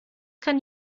kann